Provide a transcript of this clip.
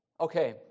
Okay